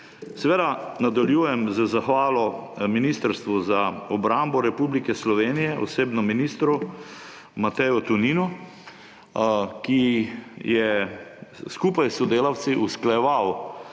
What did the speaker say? Nadaljujem z zahvalo Ministrstvu za obrambo Republike Slovenije, osebno ministru Mateju Toninu, ki je skupaj s sodelavci usklajeval